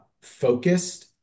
focused